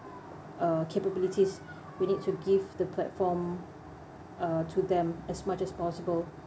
uh capabilities we need to give the platform uh to them as much as possible